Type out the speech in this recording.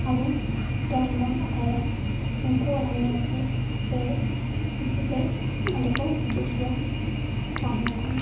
ᱟᱵᱚ ᱴᱚᱝ ᱵᱚᱱ ᱟᱠᱟᱭᱟ ᱩᱱᱠᱩ ᱚᱱᱟ ᱧᱮᱞ ᱛᱮ ᱥᱮ ᱠᱩᱥᱤ ᱛᱮ ᱚᱸᱰᱮ ᱠᱚ ᱦᱤᱡᱩᱜ ᱜᱮᱭᱟ ᱛᱟᱦᱮᱱᱟᱠᱚ